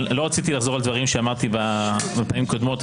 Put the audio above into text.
לא רציתי לחזור על דברים שאמרתי בפעמים קודמות,